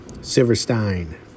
Silverstein